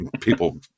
people